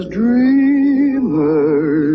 dreamers